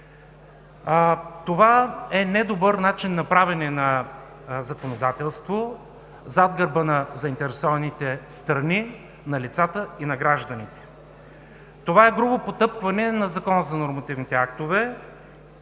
Това е недобър начин на правене на законодателство, зад гърба на заинтересованите страни, на лицата и на гражданите. Това е грубо потъпкване на Закона за нормативните актове